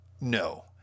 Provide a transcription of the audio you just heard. no